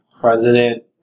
president